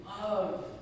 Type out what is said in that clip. love